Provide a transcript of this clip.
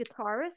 guitarist